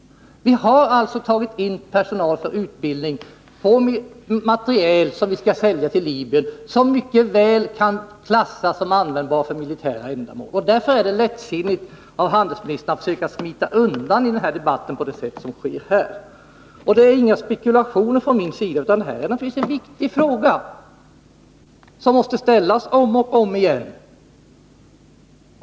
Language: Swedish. Det rör sig alltså i det här fallet om personal för utbildning och materiel som skall säljas till Libyen, materiel som mycket väl kan klassificeras som användbar för militära ändamål. Därför är det lättsinnigt av handelsministern att försöka smita undan på det sätt som sker. Det är inga spekulationer från min sida, utan det gäller en viktig fråga som måste ställas om och om igen.